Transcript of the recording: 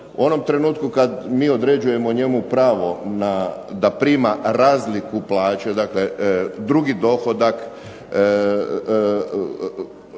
U onom trenutku kad mi određujemo njemu pravo da prima razliku plaće, dakle drugi dohodak